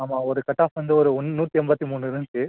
ஆமாம் ஒரு கட்டாஃப் வந்து ஒரு ஒன் நூற்றி எம்பத்து மூணு இருந்துச்சு